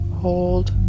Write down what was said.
hold